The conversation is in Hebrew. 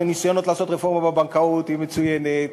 הניסיונות לעשות רפורמה בבנקאות הם מצוינים,